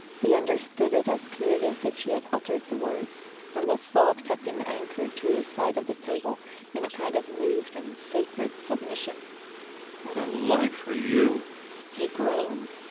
he understood it as clearly as if she had uttered the words, and the thought kept him anchored to his side of the table in a kind of moved and sacred submission. what a life for you he groaned.